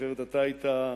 אחרת אתה היית,